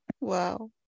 Wow